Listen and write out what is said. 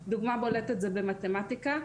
דוגמה בולטת זה במתמטיקה.